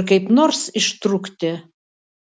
ir kaip nors ištrūkti